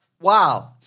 Wow